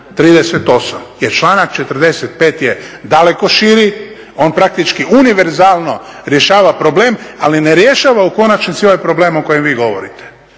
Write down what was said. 38. jer članak 45. je daleko širi, on praktički univerzalno rješava problem ali ne rješava u konačnici ovaj problem o kojem vi govorite.